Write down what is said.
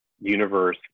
universe